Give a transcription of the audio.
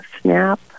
SNAP